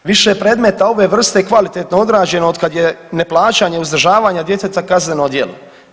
Više predmeta ove vrste kvalitetno odrađeno od kad je neplaćanje uzdržavanja djeteta kazneno djelo.